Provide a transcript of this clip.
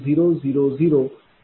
0004321 p